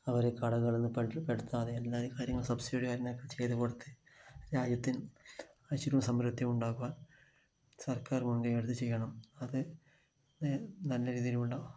അവരെ കടങ്ങളിൽ പെടുത്താതെ എല്ലാ കാര്യങ്ങളും സബ്സിഡി തന്നെ ചെയ്തു കൊടുത്ത് രാജ്യത്തിൽ ഐശ്വര്യവും സമൃദ്ധിയും ഉണ്ടാക്കാൻ സർക്കാർ മുൻകൈ എടുത്ത് ചെയ്യണം അത് നല്ല രീതിയിലുള്ള